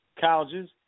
Colleges